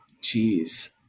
jeez